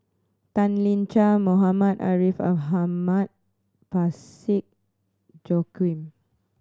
Tan Lian Chye Muhammad Ariff Ahmad Parsick Joaquim